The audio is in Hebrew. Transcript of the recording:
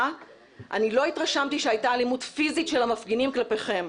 אני לא התרשמתי שהייתה אלימות פיזית של המפגינים כלפיכם.